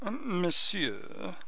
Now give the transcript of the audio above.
Monsieur